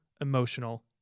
emotional